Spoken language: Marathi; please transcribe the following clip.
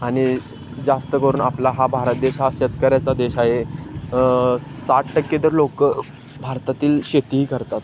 आणि जास्त करून आपला हा भारत देश हा शेतकऱ्याचा देश आहे साठ टक्के तर लोक भारतातील शेती ही करतात